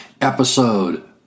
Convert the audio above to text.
episode